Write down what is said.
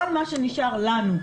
כל מה שנשאר לנו,